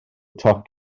toc